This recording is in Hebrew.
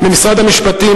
ממשרד המשפטים,